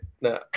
no